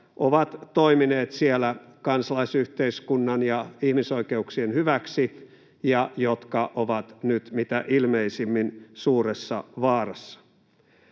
ovat toimineet siellä kansalaisyhteiskunnan ja ihmisoikeuksien hyväksi ja jotka ovat nyt mitä ilmeisimmin suuressa vaarassa.